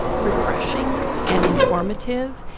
refreshing and informative,